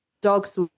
dogs